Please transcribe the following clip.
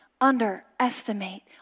underestimate